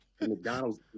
McDonald's